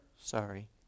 Sorry